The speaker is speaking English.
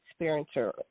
experiencer